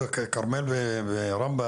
כשווים למרכז?